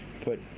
Put